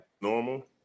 normal